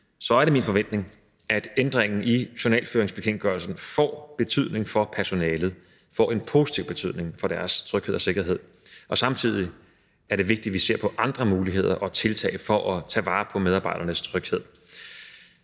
er det min forventning, at ændringen i journalføringsbekendtgørelsen får betydning for personalet – at det får en positiv betydning for deres tryghed og sikkerhed. Samtidig er det vigtigt, at vi ser på andre muligheder og tiltag for at tage vare på medarbejdernes tryghed.